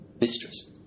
mistress